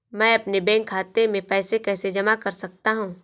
मैं अपने बैंक खाते में पैसे कैसे जमा कर सकता हूँ?